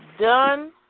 done